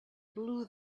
blew